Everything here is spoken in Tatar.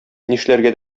нишләргә